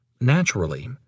Naturally